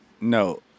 no